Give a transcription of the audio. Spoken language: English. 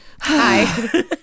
Hi